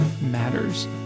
Matters